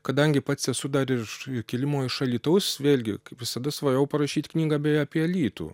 kadangi pats esu dar ir iš kilimo iš alytaus vėlgi kaip visada svajojau parašyt knygą beje apie alytų